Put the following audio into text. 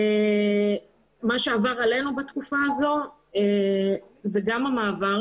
מה שעבר עלינו בתקופה הזו זה גם המעבר